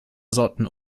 sorten